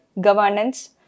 governance